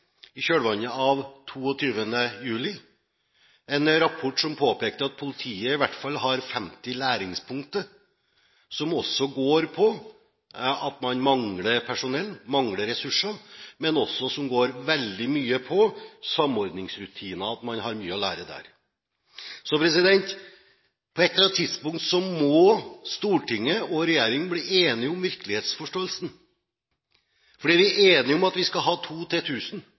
i kjølvannet av 22. juli, en rapport som påpekte at politiet i hvert fall har 50 læringspunkter. Disse går på at man mangler personell, mangler ressurser, men de går også veldig mye på samordningsrutiner – at man har mye å lære der. På et eller annet tidspunkt må Stortinget og regjeringen bli enige om virkelighetsforståelsen, for vi er enige om at vi skal ha to